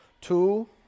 Two